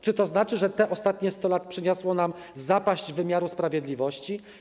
Czy to znaczy, że te ostatnie 100 lat przyniosło nam zapaść wymiaru sprawiedliwości?